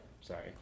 sorry